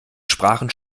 sprachen